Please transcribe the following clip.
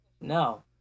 no